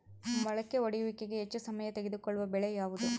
ಮೊಳಕೆ ಒಡೆಯುವಿಕೆಗೆ ಹೆಚ್ಚು ಸಮಯ ತೆಗೆದುಕೊಳ್ಳುವ ಬೆಳೆ ಯಾವುದು?